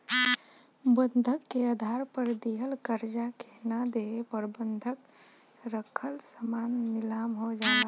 बंधक के आधार पर दिहल कर्जा के ना देवे पर बंधक रखल सामान नीलाम हो जाला